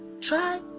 try